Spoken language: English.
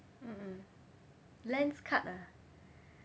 mmhmm Lenskart ah